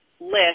List